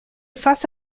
face